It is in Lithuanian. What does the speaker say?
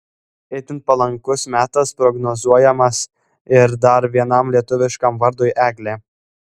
itin palankus metas prognozuojamas ir dar vienam lietuviškam vardui eglė